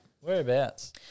Whereabouts